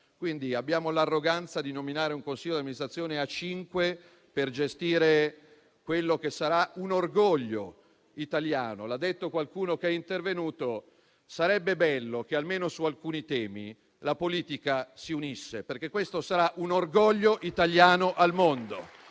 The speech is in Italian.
Quindi, abbiamo l'arroganza di nominare un consiglio di amministrazione di cinque persone, per gestire quello che sarà un orgoglio italiano. L'ha detto qualcuno che è intervenuto: sarebbe bello che, almeno su alcuni temi, la politica si unisse, perché questo sarà un orgoglio italiano nel mondo.